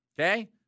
Okay